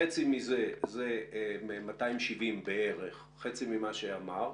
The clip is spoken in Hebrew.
חצי מזה זה 270 בערך, חצי ממה שאמרת.